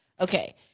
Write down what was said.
Okay